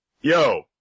yo